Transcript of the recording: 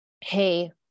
Hey